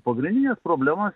pagrindinės problemos